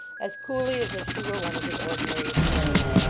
as coolly as if she were one of his ordinary acquaintance.